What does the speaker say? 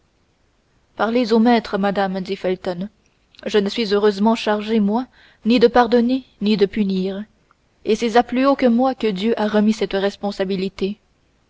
parlez au maître madame dit felton je ne suis heureusement chargé moi ni de pardonner ni de punir et c'est à plus haut que moi que dieu a remis cette responsabilité